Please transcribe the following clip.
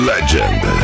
Legend